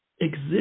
exist